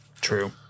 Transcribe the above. True